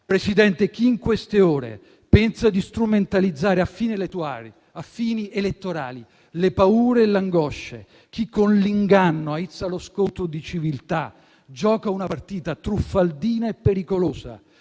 Presidente, chi in queste ore pensa di strumentalizzare a fini elettorali le paure e l'angoscia, chi con l'inganno aizza lo scontro di civiltà gioca una partita truffaldina e pericolosa.